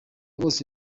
bose